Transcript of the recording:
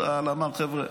צה"ל אמר, חבר'ה,